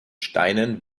steinen